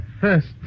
First